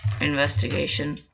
investigation